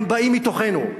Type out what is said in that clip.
הם באים מתוכנו,